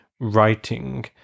writing